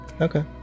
Okay